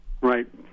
Right